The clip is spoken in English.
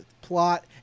plot